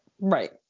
right